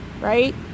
right